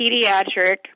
pediatric